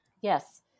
Yes